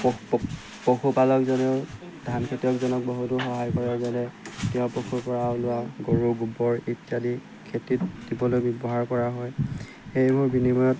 পশুপালকজনেও ধান খেতিয়কজনক বহুতো সহায় কৰে যেনে তেওঁ পশুৰ পৰা ওলোৱা গৰু গোবৰ ইত্যাদি খেতিত দিবলৈ ব্যৱহাৰ কৰা হয় সেইবোৰৰ বিনিময়ত